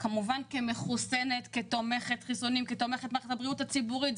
כמובן כמחוסנת ותומכת בחיסונים ובמערכת הבריאות הציבורית.